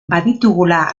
baditugula